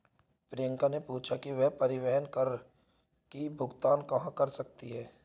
प्रियंका ने पूछा कि वह परिवहन कर की भुगतान कहाँ कर सकती है?